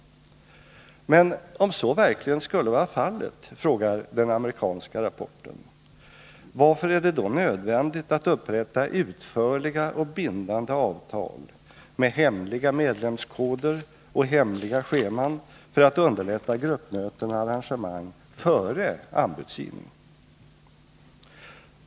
Men om så verkligen skulle vara fallet, frågar den amerikanska rapporten, ”varför är det nödvändigt att upprätta utförliga och bindande avtal med hemliga medlemskoder och hemliga scheman för att underlätta gruppmöten och arrangemang före anbudsgivningen”?